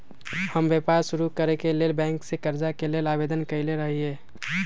हम व्यापार शुरू करेके लेल बैंक से करजा के लेल आवेदन कयले रहिये